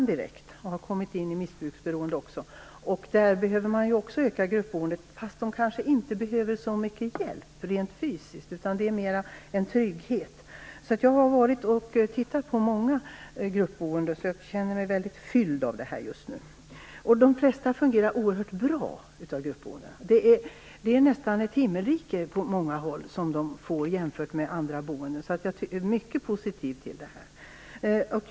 De har då också kommit in i missbruksberoende. Där behöver man också öka gruppboendet, fast de personerna kanske inte behöver så mycket hjälp rent fysiskt. Det är mera en trygghet. Jag har tittat på många gruppboenden. Jag känner mig väldigt fylld av detta just nu. De flesta gruppboenden fungerar oerhört bra. Det är nästan ett himmelrike på många håll jämfört med andra boendeformer. Jag är mycket positiv till detta.